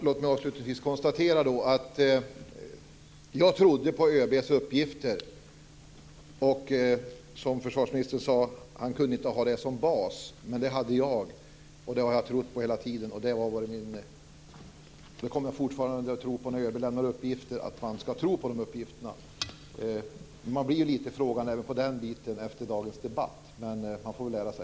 Fru talman! Jag trodde på ÖB:s uppgifter. Försvarsministern sade att han inte kunde ha dem som bas. Men det hade jag, och jag trodde på dem hela tiden. Jag kommer fortfarande att tro på överlämnade uppgifter. Efter dagens debatt har jag blivit litet frågande, men jag får väl lära mig.